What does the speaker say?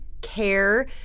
care